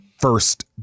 first